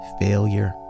failure